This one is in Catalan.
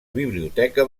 biblioteca